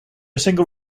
single